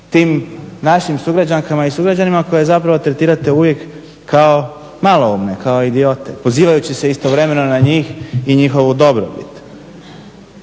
tim našim sugrađankama i sugrađanima koje tretirate kao maloumne, kao idiote pozivajući se istovremeno na njih i njihovu dobrobit.